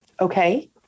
Okay